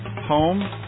home